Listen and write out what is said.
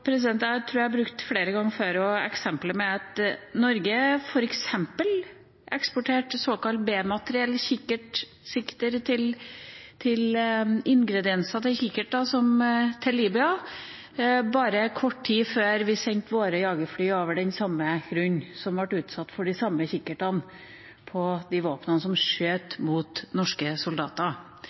Jeg tror jeg flere ganger før også har brukt eksempler på at Norge f.eks. eksporterte såkalt B-materiell – kikkertsikter, komponenter til kikkerter – til Libya bare kort tid før vi sendte våre jagerfly over den samme grunnen som ble utsatt for de samme kikkertene på våpnene som skjøt mot norske soldater.